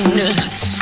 nerves